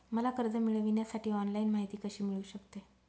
मला कर्ज मिळविण्यासाठी ऑनलाइन माहिती कशी मिळू शकते?